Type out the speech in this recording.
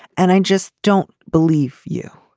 and i just don't believe you.